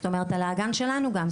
זאת אומרת על האגם שלנו גם,